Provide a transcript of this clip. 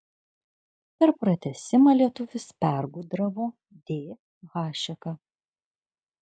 per pratęsimą lietuvis pergudravo d hašeką